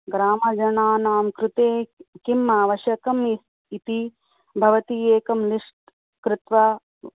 ग्रामजनानां कृते किम् आवश्यकम् इति भवती एकं लिस्ट् कृत्वा